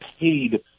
paid